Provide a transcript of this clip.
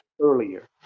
earlier